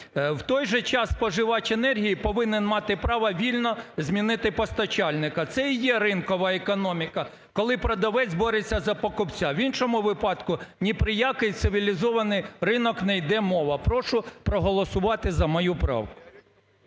В той же час, споживач енергії повинен мати право вільно змінити постачальника. Це і є ринкова економіка, коли продавець бореться за покупця. В іншому випадку, ні про який цивілізований ринок не йде мова. Прошу проголосувати за мою правку.